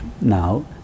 now